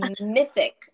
mythic